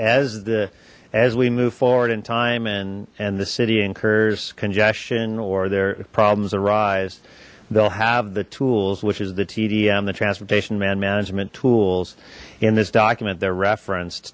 as the as we move forward in time and and the city incurs congestion or their problems arise they'll have the tools which is the tdm the transportation demand management tools in this document they're reference